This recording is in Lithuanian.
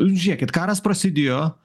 žiūrėkit karas prasidėjo